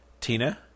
Tina